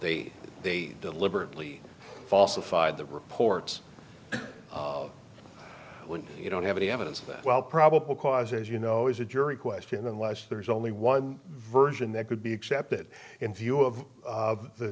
they they deliberately falsified the reports when you don't have any evidence that well probable cause as you know is a jury question unless there is only one version that could be accepted in view of